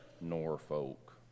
Norfolk